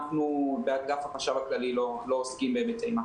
אנחנו באגף החשב הכללי לא עוסקים בהיבטי מס.